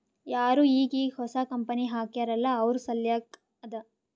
ಯಾರು ಈಗ್ ಈಗ್ ಹೊಸಾ ಕಂಪನಿ ಹಾಕ್ಯಾರ್ ಅಲ್ಲಾ ಅವ್ರ ಸಲ್ಲಾಕೆ ಅದಾ